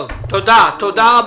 טוב, תודה רבה.